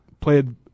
played